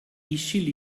isil